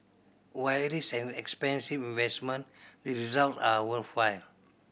while it is an expensive investment the results are worthwhile